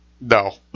No